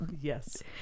Yes